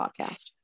podcast